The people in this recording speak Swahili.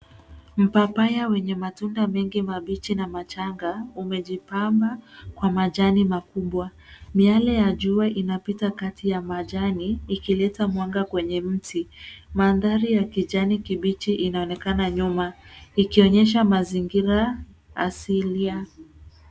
Mpapaya wenye matunda mengi mabichi na machanga, umejipamba kwa majani makubwa. Miale ya jua inapita kati ya majani, ikileta mwanga kwenye mti. Mandhari ya kijani kibichi inaonekana nyuma, ikionyesha mazingira asilia.